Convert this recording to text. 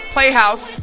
Playhouse